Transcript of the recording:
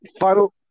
Final